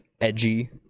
edgy